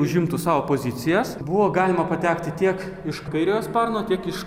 užimtų savo pozicijas buvo galima patekti tiek iš kairiojo sparno tiek iš